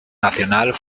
nacional